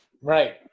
Right